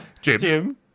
Jim